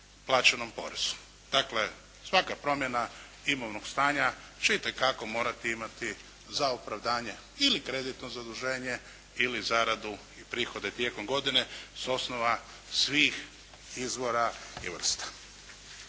plaćenom porezu. Dakle svaka promjena imovnog stanja će itekako morati imati za opravdanje ili kreditno zaduženje ili zaradu i prihode tijekom godine s osnova svih izvora i vrsta.